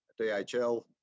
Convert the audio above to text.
DHL